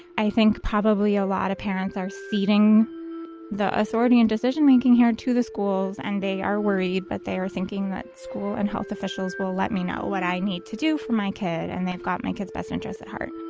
i think probably a lot of parents are ceding the authority and decision making here to the schools and they are worried, but they are thinking that school and health officials will let me know what i need to do for my kid. and they've got my kids best interests at heart